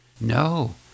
No